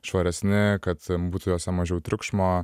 švaresni kad būtų jose mažiau triukšmo